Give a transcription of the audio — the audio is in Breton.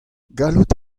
gallout